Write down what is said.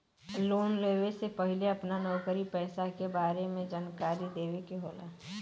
Loan लेवे से पहिले अपना नौकरी पेसा के बारे मे जानकारी देवे के होला?